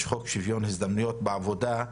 יש חוק שוויון הזדמנויות בעבודה,